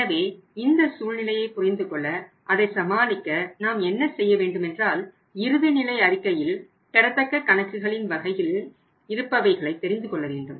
எனவே இந்த சூழ்நிலையை புரிந்து கொள்ள அதை சமாளிக்க நாம் என்ன செய்ய வேண்டும் என்றால் இறுதி நிலை அறிக்கையில் பெறத்தக்க கணக்குகளின் வகையில் இருப்பவைகளை தெரிந்து கொள்ள வேண்டும்